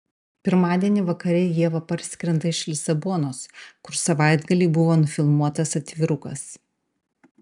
pirmadienį vakare ieva parskrenda iš lisabonos kur savaitgalį buvo nufilmuotas atvirukas